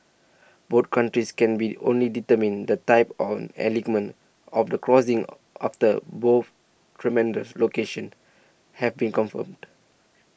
both countries can be only determine the type on alignment of the crossing after both terminus locations have been confirmed